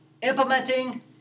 implementing